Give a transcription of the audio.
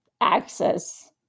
access